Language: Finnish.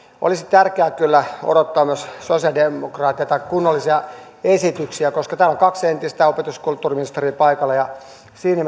olisi tärkeää kyllä odottaa myös sosialidemokraateilta kunnollisia esityksiä koska täällä on kaksi entistä opetus ja kulttuuriministeriä paikalla siinä